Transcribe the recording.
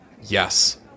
yes